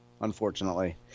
unfortunately